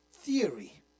theory